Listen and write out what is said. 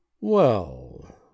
Well